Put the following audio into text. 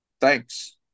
thanks